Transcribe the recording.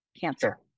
cancer